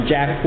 Jack